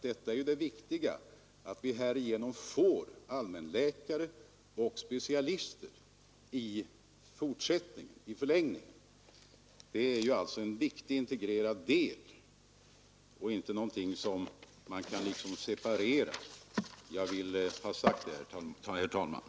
Det viktiga är att vi härigenom får allmänläkare och specialister i fortsättningen. Det är alltså en viktig integrerad del och inte någonting som man kan separera. — Jag ville ha detta sagt, herr talman.